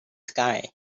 sky